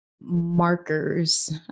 markers